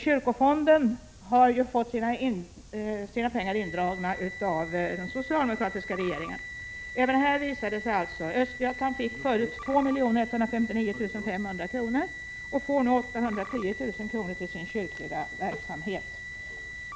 Kyrkofonden har fått sina pengar indragna av den socialdemokratiska regeringen. Även här visar det sig alltså. Östergötland fick 2 159 500 kr. men får nu 810 000 kr. till sin kyrkliga verksamhet.